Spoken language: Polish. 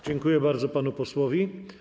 Dziękuję bardzo panu posłowi.